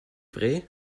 vrai